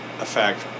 effect